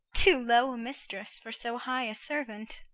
too low a mistress for so high a servant.